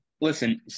Listen